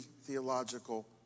theological